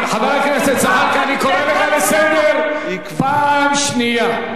חבר הכנסת זחאלקה, אני קורא אותך לסדר פעם שנייה.